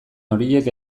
horiek